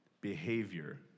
behavior